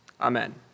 Amen